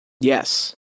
Yes